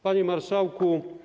Panie Marszałku!